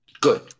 Good